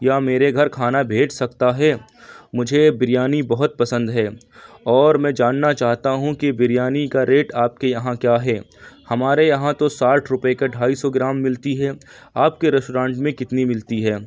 یا میرے گھر کھانا بھیج سکتا ہے مجھے بریانی بہت پسند ہے اور میں جاننا چاہتا ہوں کہ بریانی کا ریٹ آپ کے یہاں کیا ہے ہمارے یہاں تو ساٹھ روپے کا ڈھائی سو گرام ملتی ہے آپ کے ریسٹورانٹ میں کتنی ملتی ہے